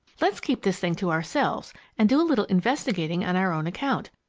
let's keep this thing to ourselves and do a little investigating on our own account.